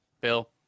Bill